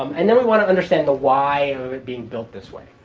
um and then we want to understand the why of it being built this way.